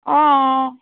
অঁ